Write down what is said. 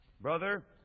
Brother